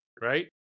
Right